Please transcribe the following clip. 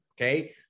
Okay